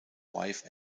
wife